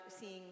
seeing